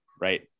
right